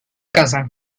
casa